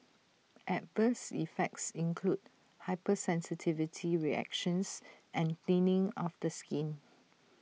adverse effects include hypersensitivity reactions and thinning of the skin